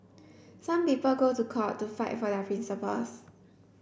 some people go to court to fight for their principles